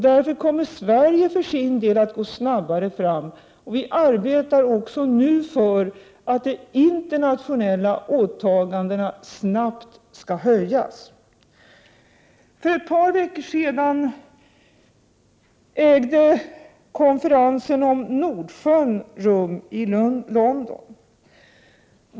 Därför kommer Sverige för sin del att gå snabbare fram, och vi arbetar nu också för att de internationella åtagandena snabbt skall ökas. För ett par veckor sedan ägde konferensen om Nordsjön rum i London.